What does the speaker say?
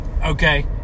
Okay